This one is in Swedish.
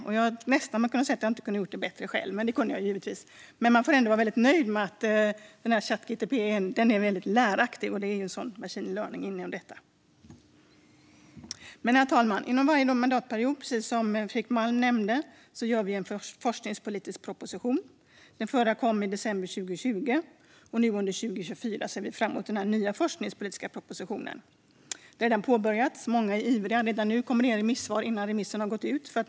Jag kan nästan säga att jag inte skulle ha kunnat göra det bättre själv, men det kan jag givetvis. Man får ändå vara väldigt nöjd med att Chat GTP är väldigt läraktig. Machine learning handlar om detta. Herr talman! Precis som Fredrik Malm nämnde gör vi under varje mandatperiod en forskningspolitisk proposition. Den förra kom i december 2020. Nu ser vi fram mot den nya forskningspolitiska propositionen under 2024. Arbetet med den har påbörjats. Många är redan nu ivriga och kommer med remissvar innan remissen har gått ut.